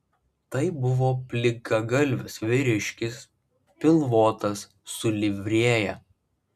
tai buvo plikagalvis vyriškis pilvotas su livrėja